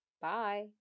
Bye